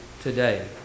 today